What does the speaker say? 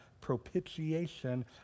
propitiation